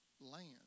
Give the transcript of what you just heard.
land